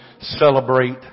celebrate